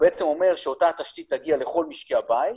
בעצם אומר שאותה תשתית תגיע לכל משקי הבית.